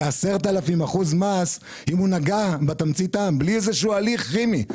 זה 10,000 אחוזים מס אם הוא נגע בתמצית טעם בלי איזשהו הליך כימי.